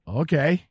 okay